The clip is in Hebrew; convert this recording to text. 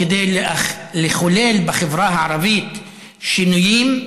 כדי לחולל בחברה הערבית שינויים,